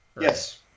yes